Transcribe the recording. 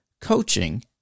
coaching